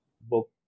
book